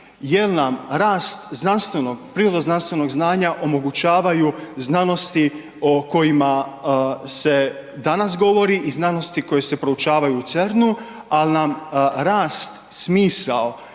jel nam rast znanstvenog, prirodno znanstvenog znanja omogućavaju znanosti o kojima se danas govori i znanosti koje se proučavaju u CERN-u, al nam rast, smisao